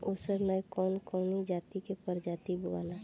उसर मै कवन कवनि धान के प्रजाति बोआला?